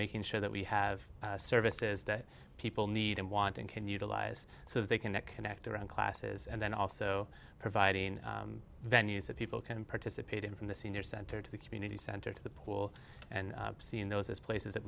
making sure that we have services that people need and want and can utilize so they can connect around classes and then also providing venues that people can participate in from the senior center to the community center to the pool and seeing those as places that